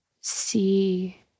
see